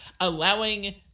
allowing